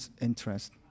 interest